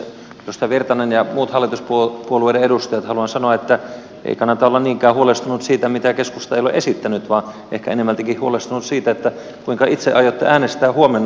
edustaja virtanen ja muut hallituspuolueiden edustajat haluan sanoa että ei kannata olla niinkään huolestunut siitä mitä keskusta ei ole esittänyt vaan ehkä enemmältikin huolestunut siitä kuinka itse aiotte äänestää huomenna